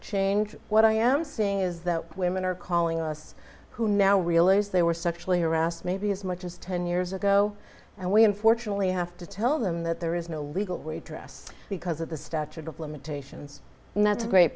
change what i am seeing is that women are calling us who now realize they were sexually harassed maybe as much as ten years ago and we unfortunately have to tell them that there is no legal way dress because of the statute of limitations and that's a great